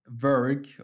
work